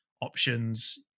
options